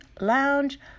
lounge